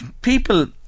people